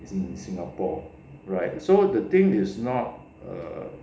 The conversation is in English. in singapore right so the thing is not err